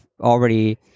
already